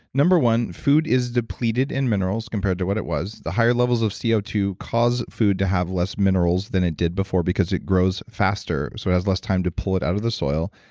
number one, food is depleted in minerals compared to what it was, the higher levels of c o two cause food to have less minerals than it did before because it grows faster so it has less time to pull it out of the soil.